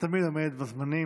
את תמיד עומדת בזמנים.